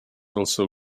also